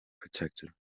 protected